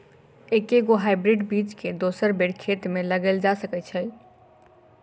एके गो हाइब्रिड बीज केँ दोसर बेर खेत मे लगैल जा सकय छै?